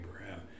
Abraham